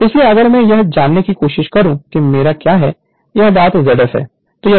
इसलिए अगर मैं यह जानने की कोशिश करूं कि मेरा क्या है यह बात Z f है